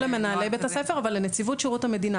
לא למנהלי בית הספר, אבל לנציבות שירות המדינה.